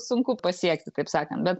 sunku pasiekti kaip sakant bet